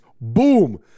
boom